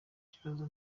kibazo